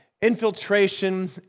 infiltration